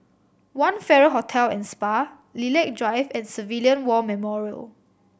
One Farrer Hotel and Spa Lilac Drive and Civilian War Memorial